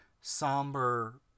somber